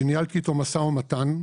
שניהלתי איתו משא-ומתן,